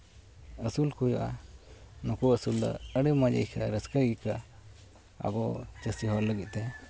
ᱟᱹᱥᱩᱞ ᱠᱚ ᱦᱩᱭᱩᱜᱼᱟ ᱱᱩᱠᱩ ᱟᱹᱥᱩᱞ ᱫᱚ ᱟᱹᱰᱤ ᱢᱚᱡᱽ ᱟᱹᱭᱠᱟᱹᱜᱼᱟ ᱨᱟᱹᱥᱠᱟᱹ ᱟᱹᱭᱠᱟᱹᱜᱼᱟ ᱟᱵᱚ ᱪᱟᱹᱥᱤ ᱦᱚᱲ ᱞᱟᱹᱜᱤᱫ ᱛᱮ